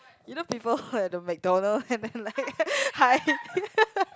you know people at the McDonald and then like hi